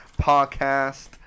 Podcast